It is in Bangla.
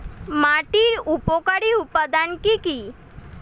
মাটির উপকারী উপাদান কি কি?